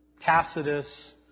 Tacitus